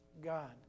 God